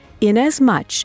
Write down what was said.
inasmuch